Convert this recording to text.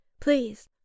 Please